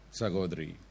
Sagodri